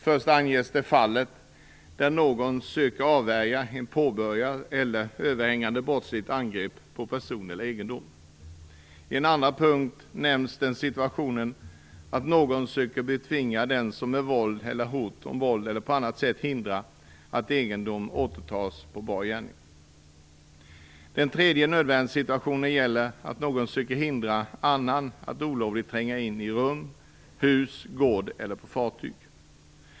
Först anges det fallet att någon söker avvärja ett påbörjat eller överhängande brottsligt angrepp på person eller egendom. I en andra punkt nämns den situationen att någon söker betvinga den som med våld eller hot om våld eller på annat sätt hindra att egendom återtas på bar gärning. Den tredje nödvärnssituationen gäller att någon söker hindra annan att olovligen tränga in i rum, hus, gård eller fartyg.